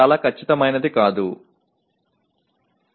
மிகவும் துல்லியமாக இருக்க வேண்டிய தேவையில்லை